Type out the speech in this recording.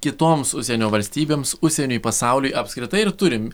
kitoms užsienio valstybėms užsieniui pasauliui apskritai ar turim